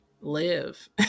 live